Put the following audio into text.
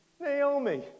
Naomi